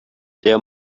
der